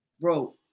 bro